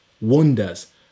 wonders